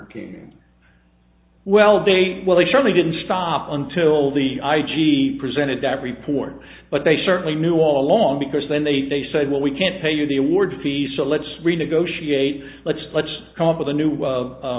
king well they well they certainly didn't stop until the i presented that report but they certainly knew all along because then they said well we can't pay you the award fee so let's renegotiate let's let's come up with a new